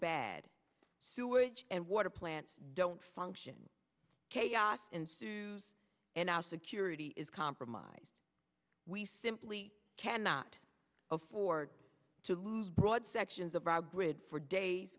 bad sewage and water plants don't function chaos ensues and our security is compromised we simply cannot afford to lose broad sections of our brid for days